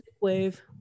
wave